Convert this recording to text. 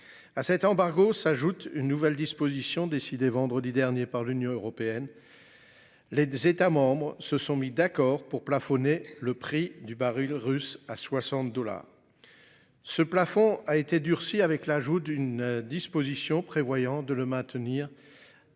À cet embargo s'ajoute une nouvelle disposition décidée vendredi dernier par l'Union européenne. Les États membres se sont mis d'accord pour plafonner le prix du baril russe à 60 dollars. Ce plafond a été durci avec l'ajout d'une disposition prévoyant de le maintenir. De me,